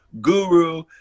guru